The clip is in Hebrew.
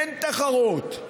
אין תחרות.